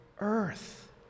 earth